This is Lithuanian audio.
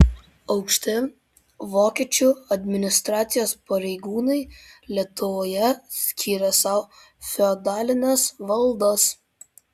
aukšti vokiečių administracijos pareigūnai lietuvoje skyrė sau feodalines valdas